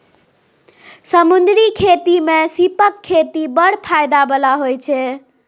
समुद्री खेती मे सीपक खेती बड़ फाएदा बला होइ छै